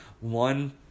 one